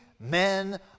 men